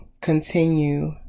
continue